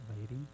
lady